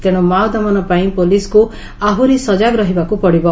ତେଶୁ ମାଓ ଦମନ ପାଇଁ ପୋଲିସ୍କୁ ଆହୁରି ସଜାଗ ରହିବାକୁ ପଡ଼ିବ